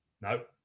no